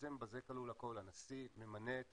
בעצם בזה תלוי הכול, הנשיא ממנה את